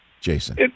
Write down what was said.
Jason